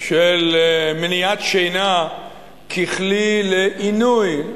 של מניעת שינה ככלי לעינוי,